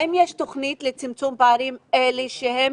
האם יש תוכנית לצמצום הפערים האלה, שהם